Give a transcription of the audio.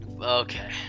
okay